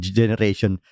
generation